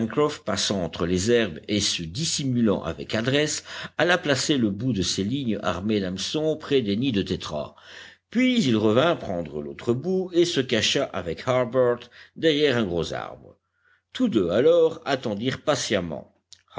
passant entre les herbes et se dissimulant avec adresse alla placer le bout de ses lignes armées d'hameçons près des nids de tétras puis il revint prendre l'autre bout et se cacha avec harbert derrière un gros arbre tous deux alors attendirent patiemment